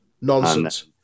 Nonsense